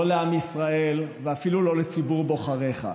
לא לעם ישראל ואפילו לא לציבור בוחריך.